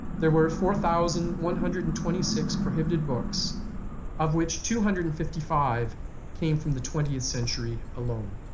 there were four thousand one hundred and twenty six prohibited books of which two hundred and fifty five came from the twentieth century alone.